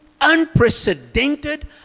unprecedented